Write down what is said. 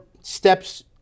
steps